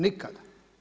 Nikada.